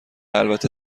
البته